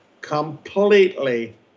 Completely